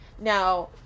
Now